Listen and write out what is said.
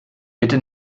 bitte